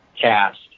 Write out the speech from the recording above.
cast